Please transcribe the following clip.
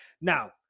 Now